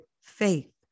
faith